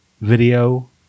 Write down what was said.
video